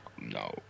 no